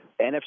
NFC